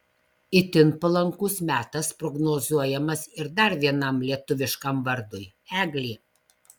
itin palankus metas prognozuojamas ir dar vienam lietuviškam vardui eglė